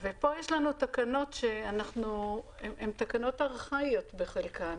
ופה יש לנו תקנות שהן תקנות ארכאיות בחלקן.